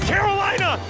Carolina